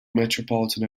metropolitan